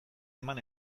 eman